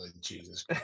jesus